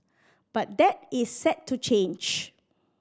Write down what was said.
but that is set to change